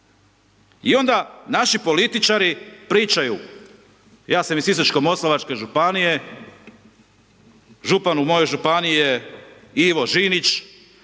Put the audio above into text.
I onda naši političari pričaju, ja sam iz Sisačko-moslavačke županije, župan u mojoj županiji je Ivo Žinić